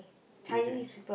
okay